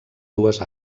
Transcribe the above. dues